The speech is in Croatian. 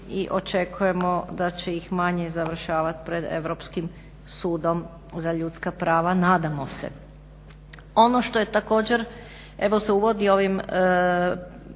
i očekujemo da će ih manje završavati pred Europskim sudom za ljudska prava, nadamo se. Ono što je također evo se uvodi ovim